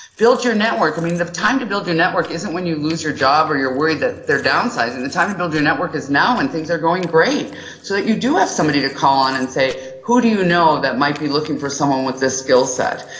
build your network. the time to build your network isn't when you lose your job or you're worried that they're downsizing. the time to build your network is now and things are going great so that you do have somebody to call on and say who do you know that might be looking for someone with this skillset?